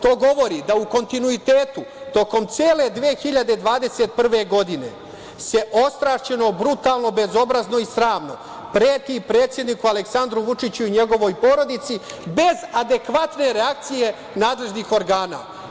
To govori da u kontinuitetu tokom cele 2021. godine se ostrašćeno, brutalno, bezobrazno i sramno preti predsedniku Aleksandru Vučiću i njegovoj porodici, bez adekvatne reakcije nadležnih organa.